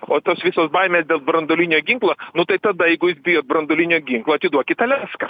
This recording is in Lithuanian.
o tos visos baimės dėl branduolinio ginklo nu tai tada jeigu jūs bijot branduolinio ginklo atiduokit aliaską